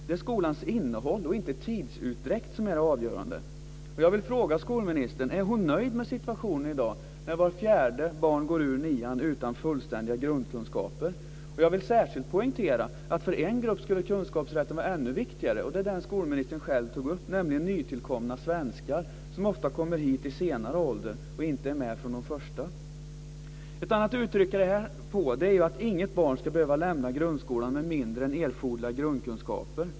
Det är skolans innehåll, inte tidsutdräkt, som är avgörande. Jag vill fråga skolministern om hon är nöjd med situationen i dag när vart fjärde barn går ut nian utan fullständiga grundkunskaper. Jag vill särskilt poängtera att för en grupp skulle kunskapsrätten vara ännu viktigare, och det är den skolministern själv tog upp, nämligen nytillkomna svenskar som ofta kommer hit i senare ålder och inte är med från de första åren. Ett annat sätt att uttrycka det här på är att inget barn ska behöva lämna grundskolan men mindre än erforderliga grundkunskaper.